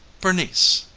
bernice,